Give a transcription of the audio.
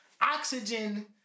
Oxygen